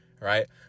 right